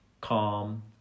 calm